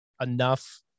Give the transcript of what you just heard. enough